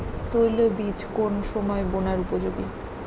তৈল বীজ কোন সময় বোনার উপযোগী?